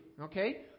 Okay